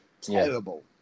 terrible